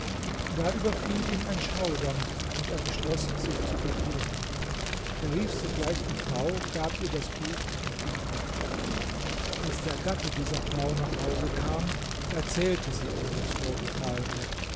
da überfiel ihn ein schaudern und er beschloß sich zu bekehren er rief sogleich die frau gab ihr das buch und ging fort als der gatte dieser frau nach hause kam erzählte sie ihm das vorgefallene